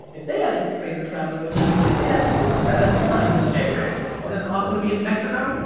if they had a trainer traveling with them, they'd have a post of that every time and be like hey, rick, wasn't awesome to be in mexico? yeah